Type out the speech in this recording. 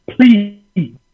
Please